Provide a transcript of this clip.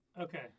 Okay